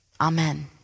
Amen